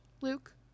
Luke